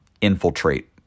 infiltrate